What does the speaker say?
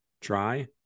try